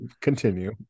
continue